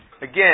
again